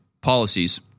policies